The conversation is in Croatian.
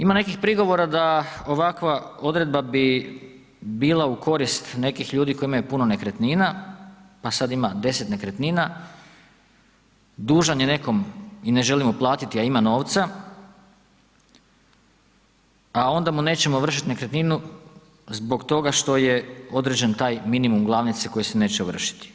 Ima nekih prigovora da ovakva odredba bi bila u korist nekih ljudi koji imaju puno nekretnina, pa sad ima 10 nekretnina, dužan je nekom i ne želi mu platiti, a ima novca, a onda mu nećemo vršiti nekretninu zbog toga što je određen taj minimum glavnice koji se neće ovršiti.